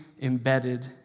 embedded